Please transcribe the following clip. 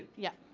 yeah.